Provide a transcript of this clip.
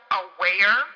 aware